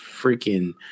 freaking